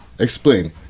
Explain